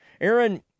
Aaron